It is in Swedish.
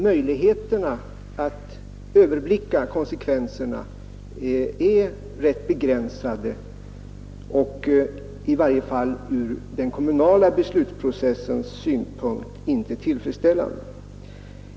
Möjligheterna att överblicka konsekvenserna är rätt begränsade och i varje fall ur den kommunala beslutsprocessens synpunkt inte tillfredsställande.